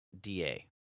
DA